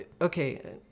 okay